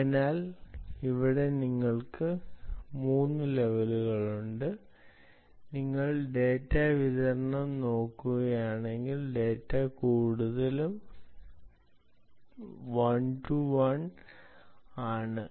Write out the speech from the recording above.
എന്നാൽ ഇവിടെ നിങ്ങൾക്ക് 3 ലെവലുകൾ ഉണ്ട് നിങ്ങൾ ഡാറ്റ വിതരണം നോക്കുകയാണെങ്കിൽ ഡാറ്റ കൂടുതലും വൺ ടു വൺ ആണ്